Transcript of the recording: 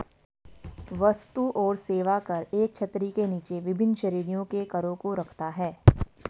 वस्तु और सेवा कर एक छतरी के नीचे विभिन्न श्रेणियों के करों को रखता है